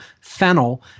fennel